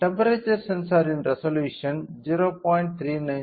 temperature சென்சார்ன் resolution 0